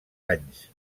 anys